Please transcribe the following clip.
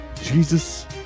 Jesus